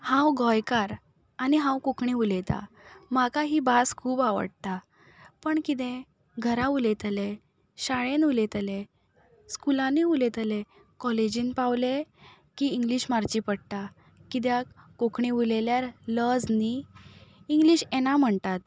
हांव गोंयकार आनी हांव कोंकणी उलयतां म्हाका ही भास खूब आवडटा पूण कितें घरा उलयतले शाळेन उलयतले स्कुलांनी उलयतले कॉलेजीन पावले की इंग्लीश मारची पडटा कित्याक कोंकणी उलयल्यार लज न्ही इंग्लीश येना म्हणटात